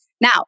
Now